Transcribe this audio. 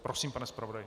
Prosím, pane zpravodaji.